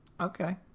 Okay